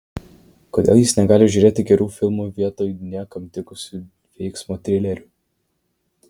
kodėl jis negali žiūrėti gerų filmų vietoj niekam tikusių veiksmo trilerių